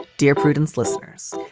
dear prudence listeners.